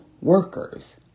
workers